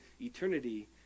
eternity